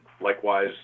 Likewise